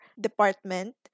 department